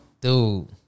dude